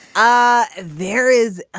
ah there is.